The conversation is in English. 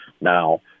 now